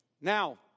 Now